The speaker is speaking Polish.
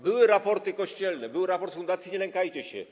Były raporty kościelne, był raport Fundacji „Nie lękajcie się”